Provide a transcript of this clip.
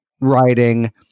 writing